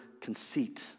conceit